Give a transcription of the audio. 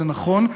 זה נכון,